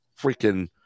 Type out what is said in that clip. freaking